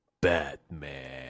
Batman